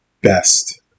best